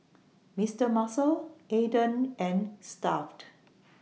Mister Muscle Aden and Stuff'd